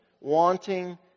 wanting